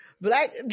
Black